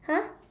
!huh!